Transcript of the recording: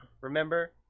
remember